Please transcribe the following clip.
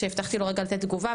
שהבטחתי לו רגע לתת תגובה.